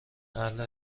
اهل